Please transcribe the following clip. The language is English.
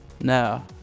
No